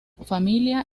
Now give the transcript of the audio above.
familia